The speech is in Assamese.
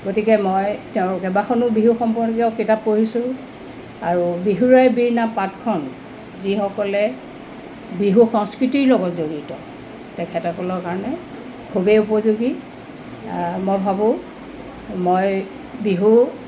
গতিকে মই তেওঁৰ কেইবাখনো বিহু সম্পৰ্কীয় কিতাপ পঢ়িছোঁ আৰু বিহুৰে বিৰিণা পাতখন যিসকলে বিহু সংস্কৃতিৰ লগত জড়িত তেখেতসকলৰ কাৰণে খুবেই উপযোগী মই ভাবোঁ মই বিহু